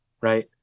right